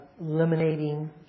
eliminating